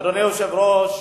אדוני היושב-ראש,